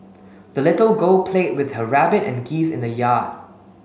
the little girl played with her rabbit and geese in the yard